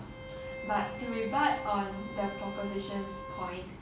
but to rebut on the proposition's point